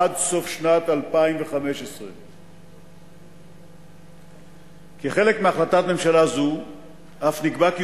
עד סוף שנת 2015. כחלק מהחלטת ממשלה זו אף נקבע כי